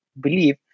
believe